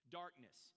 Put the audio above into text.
darkness